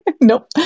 Nope